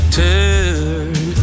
turn